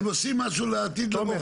הם עושים לעתיד --- תומר,